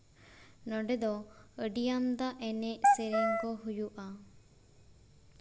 ᱱᱚᱸᱰᱮ ᱫᱚ ᱟᱹᱰᱤ ᱟᱢᱫᱟ ᱮᱱᱮᱡ ᱥᱮᱨᱮᱧ ᱠᱚ ᱦᱩᱭᱩᱜᱼᱟ